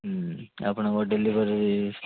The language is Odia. ହଁ ଆପଣଙ୍କ ଡେଲିଭରି